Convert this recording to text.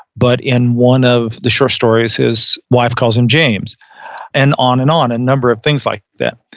but in one of the short stories, his wife calls him james and on and on, a number of things like that.